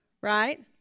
right